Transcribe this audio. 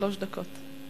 שלוש דקות.